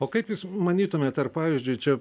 o kaip jūs manytumėte ar pavyzdžiui čia